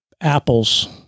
apples